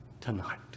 tonight